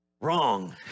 Wrong